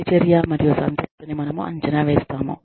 ప్రతిచర్య మరియు సంతృప్తి ని మనము అంచనా వేస్తాము